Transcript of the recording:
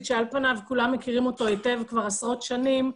שעל פניו כולם מכירים אותו היטב כבר עשרות שנים.